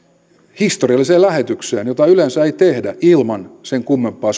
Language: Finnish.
historialliseen suoraan lähetykseen jota yleensä ei tehdä ilman sen kummempaa